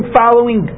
following